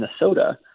Minnesota